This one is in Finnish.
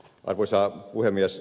arvoisa puhemies